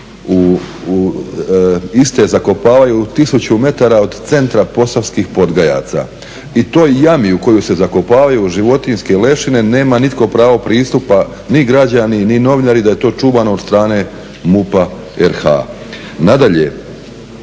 iste zakopavaju tisuću metara od centra Posavskih Podgajaca i toj jami u koju se zakopavaju životinjske lešine nema nitko pravo pristupa, ni građani ni novinari, da je to čuvano od strane MUP-a RH. Nadalje,